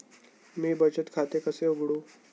मी बचत खाते कसे उघडू?